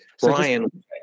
Brian